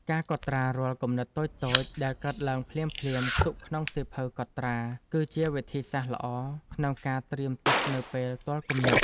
ការកត់ត្រារាល់គំនិតតូចៗដែលកើតឡើងភ្លាមៗទុកក្នុងសៀវភៅកត់ត្រា គឺជាវិធីសាស្ត្រល្អក្នុងការត្រៀមទុកនៅពេលទាល់គំនិត។